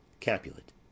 capulet